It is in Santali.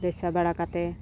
ᱵᱮᱵᱽᱥᱟ ᱵᱟᱲᱟ ᱠᱟᱛᱮ